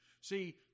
See